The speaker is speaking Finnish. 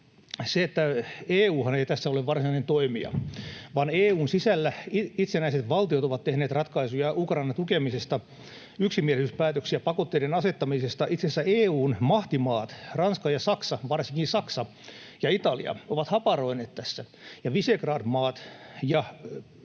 se, että EU:han ei tässä ole varsinainen toimija, vaan EU:n sisällä itsenäiset valtiot ovat tehneet ratkaisuja Ukrainan tukemisesta, yksimielisyyspäätöksiä pakotteiden asettamisesta. Itse asiassa EU:n mahtimaat, Ranska ja Saksa, varsinkin Saksa, ja Italia, ovat haparoineet tässä, ja Visegrad maat ja